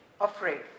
afraid